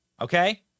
okay